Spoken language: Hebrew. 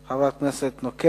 המסחר והתעסוקה, חברת הכנסת נוקד.